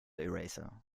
eraser